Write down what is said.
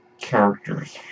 characters